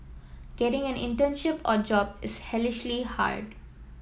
getting an internship or job is hellishly hard